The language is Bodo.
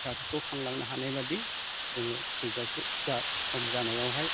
फिसाफोरखौ खांलांनो हानायबादि जोङो थैजासे जाह सम जानायावहाय